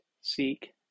seek